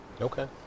okay